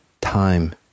time